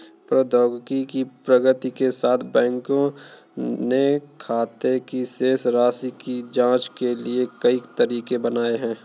प्रौद्योगिकी की प्रगति के साथ, बैंकों ने खाते की शेष राशि की जांच के लिए कई तरीके बनाए है